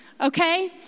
okay